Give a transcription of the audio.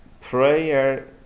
prayer